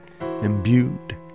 imbued